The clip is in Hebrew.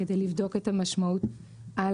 כדי לבדוק את המשמעות על